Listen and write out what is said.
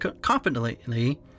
confidently